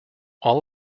all